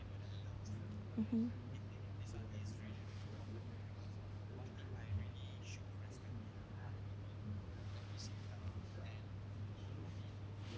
mmhmm